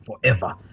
forever